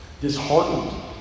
disheartened